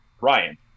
Ryan